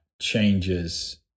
changes